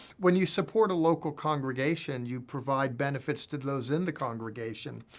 when you support a local congregation, you provide benefits to those in the congregation.